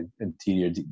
interior –